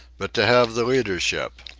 but to have the leadership.